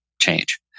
change